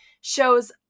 shows